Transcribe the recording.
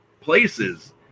places